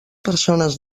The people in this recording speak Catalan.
persones